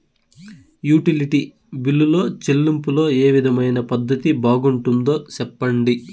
Utility బిల్లులో చెల్లింపులో ఏ విధమైన పద్దతి బాగుంటుందో సెప్పండి?